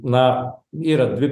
na yra dvi